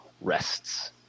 rests